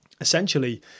essentially